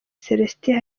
celestin